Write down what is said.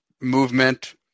movement